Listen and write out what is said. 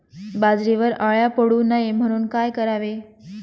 बाजरीवर अळ्या पडू नये म्हणून काय करावे?